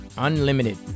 unlimited